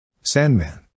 Sandman